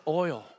oil